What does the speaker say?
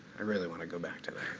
i really want to go back to